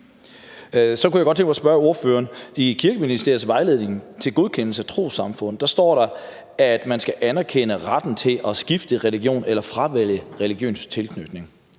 Så kunne jeg godt tænke mig at spørge ordføreren om noget. I Kirkeministeriets vejledning til godkendelse af trossamfund står der, at man skal anerkende retten til at skifte religion eller fravælge religiøs tilknytning.